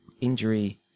injury